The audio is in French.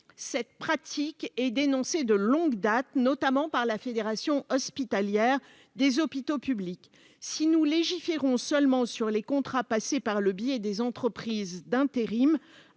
cette pratique est dénoncée de longue date, notamment par la Fédération hospitalière des hôpitaux publics si nous légiférons seulement sur les contrats passés par le biais des entreprises d'intérim